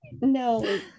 No